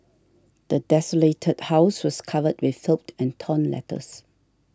the desolated house was covered with filth and torn letters